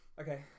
Okay